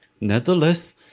nevertheless